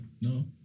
No